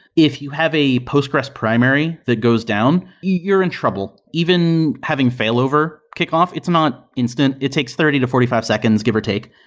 if you have a postgres primary that goes down, you're in trouble. even having failover kickoff, it's not instant. it takes thirty to forty five seconds, give or take.